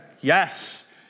Yes